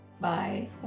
Bye